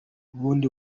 ubundi